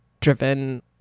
driven